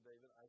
David